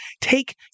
take